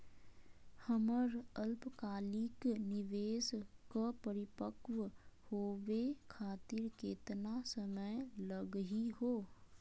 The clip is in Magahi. हमर अल्पकालिक निवेस क परिपक्व होवे खातिर केतना समय लगही हो?